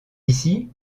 ici